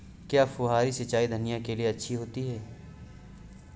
क्या फुहारी सिंचाई धनिया के लिए अच्छी होती है?